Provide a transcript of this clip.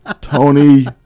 Tony